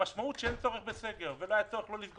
המשמעות היא שאין צורך בסגר ולא היה